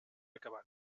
acabat